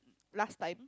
last time